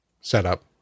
setup